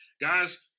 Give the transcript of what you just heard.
Guys